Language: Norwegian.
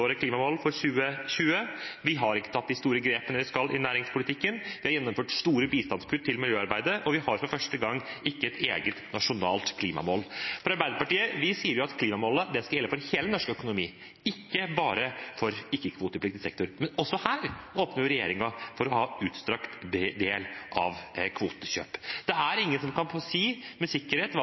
klimamål for 2020. Vi har ikke tatt de store grepene vi skulle ta i næringspolitikken. Vi har gjennomført store kutt i bistanden til miljøarbeidet, og vi har for første gang ikke et eget nasjonalt klimamål. Arbeiderpartiet sier at klimamålene skal gjelde for hele den norske økonomien, ikke bare for ikke-kvotepliktig sektor, men også her åpner regjeringen for å ha utstrakt kvotekjøp. Det er ingen som med sikkerhet kan si